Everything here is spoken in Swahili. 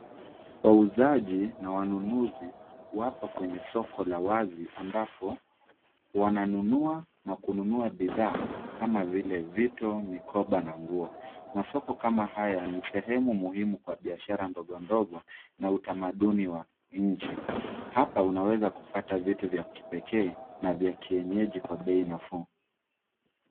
Wauzaji na wanunuzi wako kwenye soko la wazi ambapo wananunua na kununua bidhaa kama vile vito, mikoba na nguo. Masoko kama haya ni sehemu muhimu kwa biashara ndogondogo na utamaduni wa nchi. Hapa inaweza kupata vitu vya kipekee na vya kienyeji kwa bei nafuu.